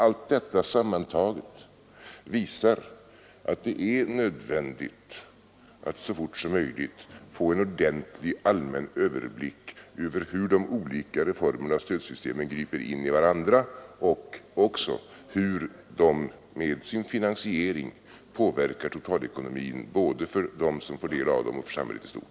Allt detta tillsammantaget visar dock att det är nödvändigt att så fort som möjligt få en ordentlig allmän överblick över hur de olika reformerna och stödsystemen griper in i varandra och hur de med sin finansiering påverkar totalekonomin både för dem som får del av stöden och för samhället i stort.